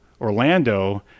Orlando